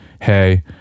hey